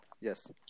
Yes